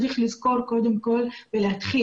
צריך לזכור קודם כל ולהתחיל,